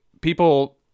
People